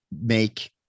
make